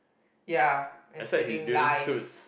ya I saving lives